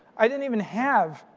i didn't even have